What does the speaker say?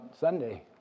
Sunday